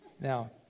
Now